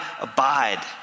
abide